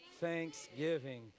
thanksgiving